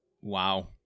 Wow